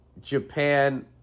Japan